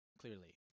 Clearly